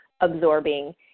absorbing